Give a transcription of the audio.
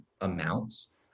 amounts